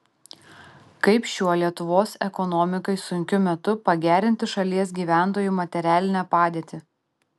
kaip šiuo lietuvos ekonomikai sunkiu metu pagerinti šalies gyventojų materialinę padėtį